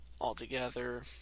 altogether